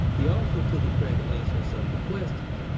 he also took a crack at answering some of the questions.